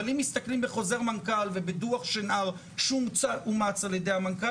אבל אם מסתכלים בחוזר מנכ"ל ובדוח שנהר שאומץ על ידי המנכ"ל,